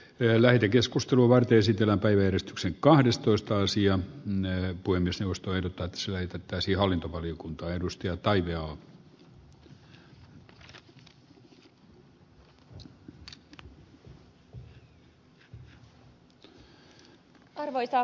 lähetekeskustelua vain esitellä verestyksen kahdestoista sijan ennen kuin se ostaa itselleen pitäisi hallintovaliokunta edusti arvoisa puhemies